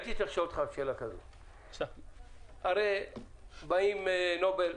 הרי באים אנשי נובל,